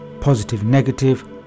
positive-negative